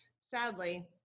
Sadly